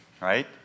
right